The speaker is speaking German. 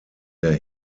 der